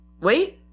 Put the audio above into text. Wait